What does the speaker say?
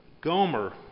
Gomer